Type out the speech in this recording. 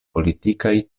politikaj